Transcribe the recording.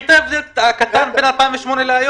את ההבדל הקטן בין 2008 ובין היום?